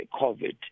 COVID